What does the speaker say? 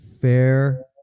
fair